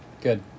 good